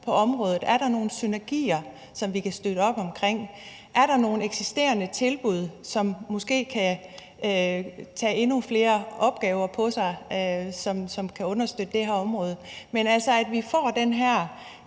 på området. Er der nogle synergier, som vi kan støtte op om? Er der nogle eksisterende tilbud, som måske kan tage endnu flere opgaver på sig, som kan understøtte det her område? Men, altså, at vi får den her